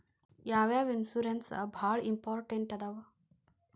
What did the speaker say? ಯಾವ್ಯಾವ ಇನ್ಶೂರೆನ್ಸ್ ಬಾಳ ಇಂಪಾರ್ಟೆಂಟ್ ಅದಾವ?